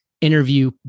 Interview